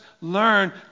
learn